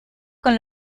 con